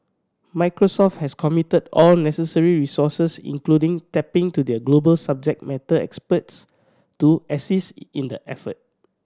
Microsoft has committed all necessary resources including tapping into their global subject matter experts to assist in the effort